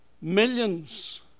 millions